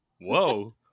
Whoa